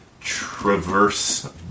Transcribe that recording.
traverse